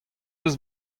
eus